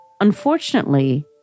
Unfortunately